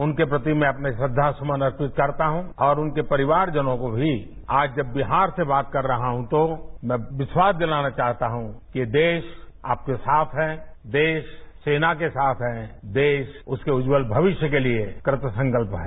उनके प्रति अपने श्रद्धासुमन अर्पित करता हूं और उनके परिवाजनों को भी आज जब बिहार से बात कर रहा हूं तो विश्वास दिलाना चाहता हूं कि देश आपके साथ है देश सेना के साथ है देश के उसके उज्जलवल भविष्य के लिए कृतसंकल्प है